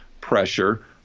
pressure